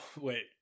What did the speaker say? Wait